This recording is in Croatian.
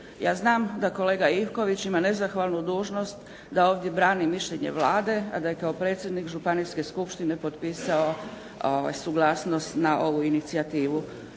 Ja znam da kolega Ivković ima nezahvalnu dužnost da ovdje brani mišljenje Vlade a da je kao predsjednik županijske skupštine potpisao suglasnost na ovu inicijativu.